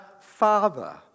Father